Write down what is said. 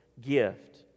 gift